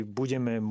budeme